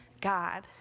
God